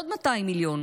עוד 200 מיליון,